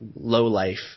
lowlife